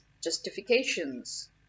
justifications